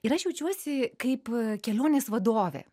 ir aš jaučiuosi kaip kelionės vadovė